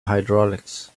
hydraulics